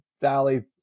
Valley